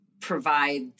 provide